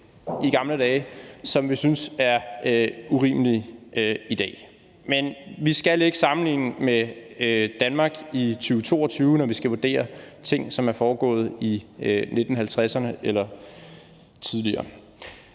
i gamle dage, som vi synes er urimelige i dag. Men vi skal ikke sammenligne med Danmark i 2022, når vi skal vurdere ting, som er foregået i 1950'erne eller tidligere.